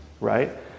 right